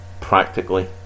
practically